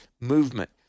movement